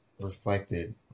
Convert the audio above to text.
reflected